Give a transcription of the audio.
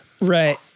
Right